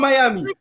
Miami